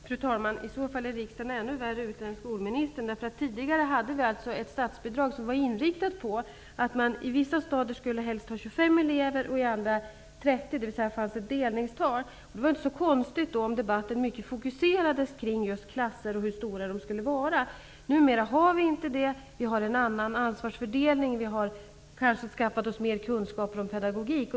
Fru talman! I så fall är riksdagen ännu värre ute än skolministern. Tidigare var statsbidragssystemet inriktat på att det i vissa stadier helst skulle vara 25 elever medan det i andra stadier skulle vara 30 elever, dvs. ett system med delningstal. Det var inte så konstigt att mycket fokuserades på klassernas storlek. Numera har man en annan ansvarsfördelning, och det finns kanske större kunskap om pedagogik.